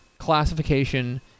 classification